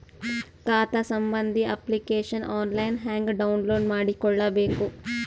ಖಾತಾ ಸಂಬಂಧಿ application online ಹೆಂಗ್ ಡೌನ್ಲೋಡ್ ಮಾಡಿಕೊಳ್ಳಬೇಕು?